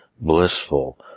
blissful